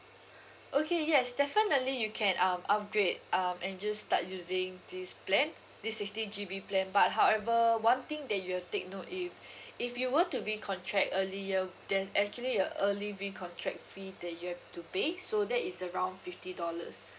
okay yes definitely you can um upgrade um and just start using this plan this sixty G_B plan but however one thing that you have to take note if if you were to recontract earlier there's actually a early recontract fee that you have to pay so that is around fifty dollars